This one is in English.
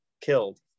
killed